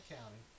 County